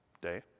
day